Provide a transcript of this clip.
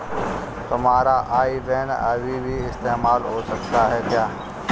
तुम्हारा IBAN अभी भी इस्तेमाल हो सकता है क्या?